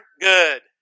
good